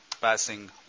Passing